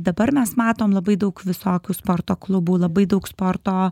dabar mes matom labai daug visokių sporto klubų labai daug sporto